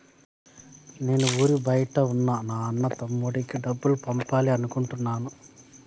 నేను ఊరి బయట ఉన్న నా అన్న, తమ్ముడికి డబ్బులు పంపాలి అనుకుంటున్నాను